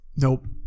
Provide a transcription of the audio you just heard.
Nope